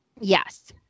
yes